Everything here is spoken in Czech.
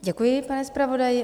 Děkuji, pane zpravodaji.